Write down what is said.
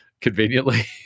conveniently